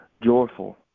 joyful